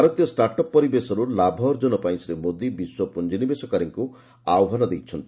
ଭାରତୀୟ start up ପରିବେଶରୁ ଲାଭ ଅର୍ଜନ ପାଇଁ ଶ୍ରୀ ମୋଦି ବିଶ୍ୱ ପୁଞ୍ଜିନିବେଶକାରୀଙ୍କୁ ଆହ୍ୱାନ କରିଛନ୍ତି